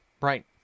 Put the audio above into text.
Right